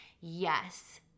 Yes